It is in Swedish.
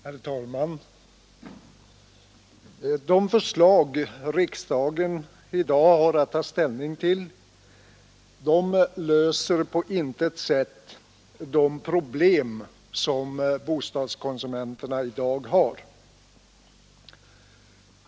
Herr talman! De förslag riksdagen i dag har att ta ställning till löser på intet sätt bostadskonsumenternas problem.